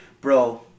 bro